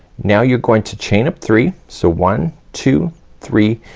now you're going to chain up three. so one two three.